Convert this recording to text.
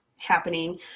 happening